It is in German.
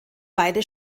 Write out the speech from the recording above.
beide